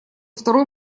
второй